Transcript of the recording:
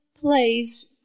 place